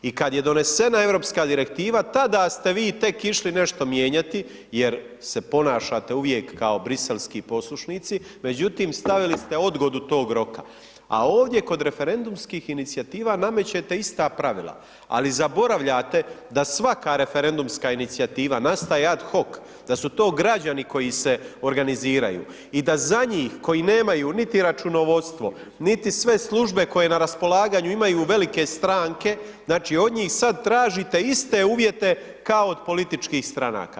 I kad je donesena Europska direktiva tada ste vi tek išli nešto mijenjati jer se ponašate uvijek kao briselski poslušnici međutim stavili ste odgodu tog roka, a ovdje kod referendumskih inicijativa namećete ista pravila, ali zaboravljate da svaka referendumska inicijativa nastaje ad hoch da su to građani koji se organiziraju i da za njih koji nemaju niti računovodstvo, niti sve službe koje na raspolaganju imaju velike stranke, znači od njih sad tražite iste uvjete kao od političkih stranaka.